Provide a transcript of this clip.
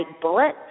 bullet